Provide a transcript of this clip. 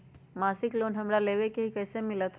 मासिक लोन हमरा लेवे के हई कैसे मिलत?